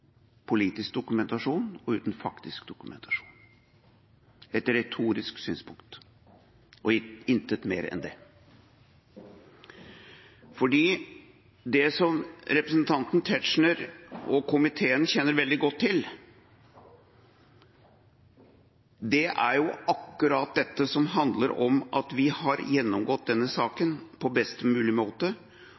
faktisk dokumentasjon – et retorisk synspunkt, intet mer enn det. Det som representanten Tetzschner og komiteen kjenner veldig godt til, er akkurat dette som handler om at vi har gjennomgått denne saken på best mulig måte,